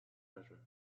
treasure